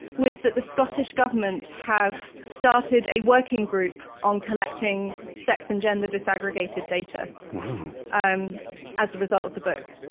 was that the scottish government have started a working group on collecting sex and gender disaggregated data um as a result of the book.